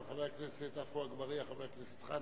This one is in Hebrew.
אבל חבר הכנסת עפו אגבאריה וחבר הכנסת חנא,